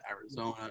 Arizona